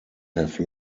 have